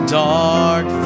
dark